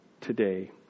today